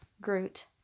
groot